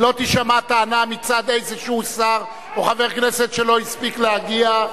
ולא תישמע טענה מצד איזה שר או חבר כנסת שלא הספיק להגיע.